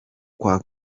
kwa